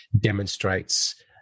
demonstrates